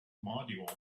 module